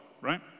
right